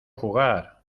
jugar